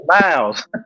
miles